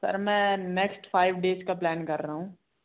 sir मैं next five days का plan कर रहा हूँ